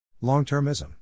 Long-termism